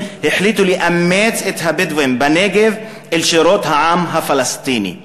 החליטו לאמץ את הבדואים בנגב אל שורות העם הפלסטיני".